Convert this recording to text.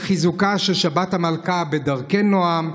לחיזוקה של שבת המלכה בדרכי נועם,